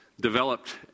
developed